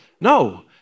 No